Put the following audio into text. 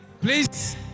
Please